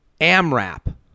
AMRAP